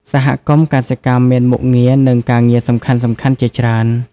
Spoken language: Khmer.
សហគមន៍កសិកម្មមានមុខងារនិងការងារសំខាន់ៗជាច្រើន។